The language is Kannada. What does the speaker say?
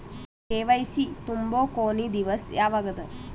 ಕೆ.ವೈ.ಸಿ ತುಂಬೊ ಕೊನಿ ದಿವಸ ಯಾವಗದ?